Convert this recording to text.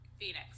Phoenix